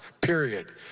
period